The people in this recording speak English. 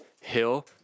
Hill